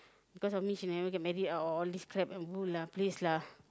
because of me she never get married a~ all these crap and bull lah please lah